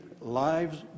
lives